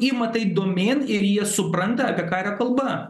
ima tai domėn ir jie supranta apie ką yra kalba